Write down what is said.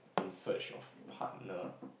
in search of partner